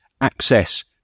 access